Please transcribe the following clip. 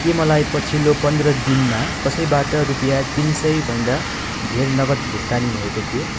के मलाई पछिल्लो पन्ध्र दिनमा कसैबाट रूपियाँ तिन सयभन्दा धेर नगद भुक्तानी भएको थियो